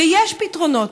ויש פתרונות.